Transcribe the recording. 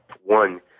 one